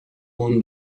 won